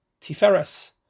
Tiferes